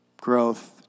Growth